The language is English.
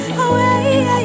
away